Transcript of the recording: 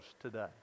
today